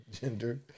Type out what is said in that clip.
gender